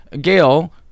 Gail